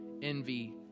envy